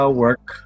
work